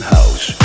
House